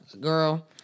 girl